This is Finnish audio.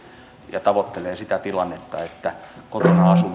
ja tavoittelee sitä tilannetta että